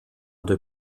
due